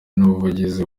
n’ubuvuzi